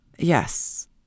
Yes